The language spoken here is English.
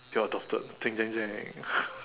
you're adopted jang jang jang